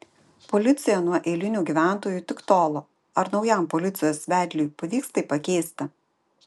policija nuo eilinių gyventojų tik tolo ar naujam policijos vedliui pavyks tai pakeisti